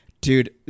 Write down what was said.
dude